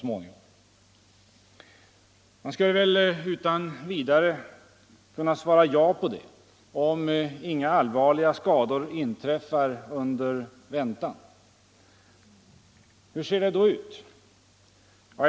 Man skulle väl utan Torsdagen den vidare kunna svara ja på det, om inga allvarliga skador inträffar under 5 december 1974 väntetiden. tassen SNR Hur ser det då ut i verkligheten?